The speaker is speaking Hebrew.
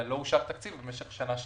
אלא לא אושר תקציב במשך שנה שלמה.